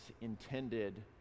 intended